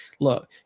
look